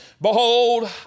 Behold